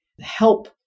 help